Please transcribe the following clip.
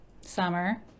Summer